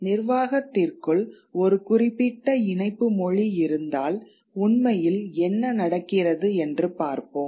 நிர்வாகத்திற்குள் ஒரு குறிப்பிட்ட இணைப்பு மொழி இருந்தால் உண்மையில் என்ன நடக்கிறது என்று பார்ப்போம்